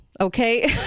okay